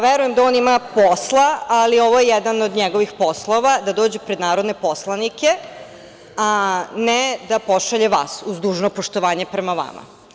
Verujem da on ima posla, ali ovo je jedan od njegovih poslova da dođe pred narodne poslanike, a ne da pošalje vas, uz dužno poštovanje prema vama.